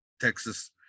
Texas